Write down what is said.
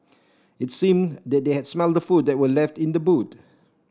it seemed that they had smelt the food that were left in the boot